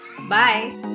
Bye